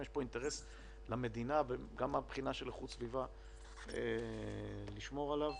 יש פה אינטרס למדינה גם מבחינת איכות הסביבה לשמור עליו.